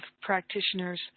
practitioners